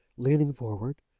leaning forward,